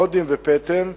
הודים ופטם,